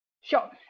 Sure